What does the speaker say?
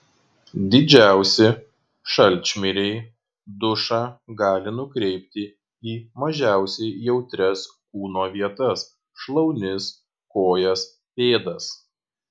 didžiausi šalčmiriai dušą gali nukreipti į mažiausiai jautrias kūno vietas šlaunis kojas pėdas